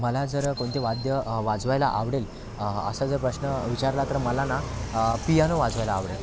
मला जर कोणते वाद्य वाजवायला आवडेल असा जर प्रश्न विचारला तर मला ना पियानो वाजवायला आवडेल